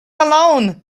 alone